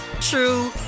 true